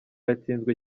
yatsinzwe